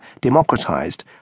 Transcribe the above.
democratized